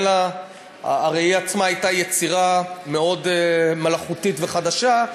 הרי היא עצמה הייתה יצירה מאוד מלאכותית וחדשה,